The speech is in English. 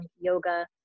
yoga